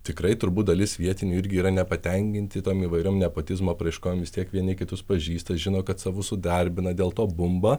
tikrai turbūt dalis vietinių irgi yra nepatenkinti tom įvairiom nepotizmo apraiškomis tiek vieni kitus pažįsta žino kad savus įdarbina dėl to bumba